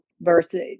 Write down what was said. versus